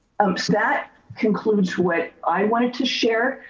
um so that concludes what i wanted to share.